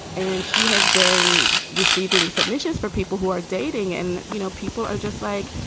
and she has been receiving submissions for people who are dating. and, you know, people are just like,